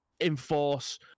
enforce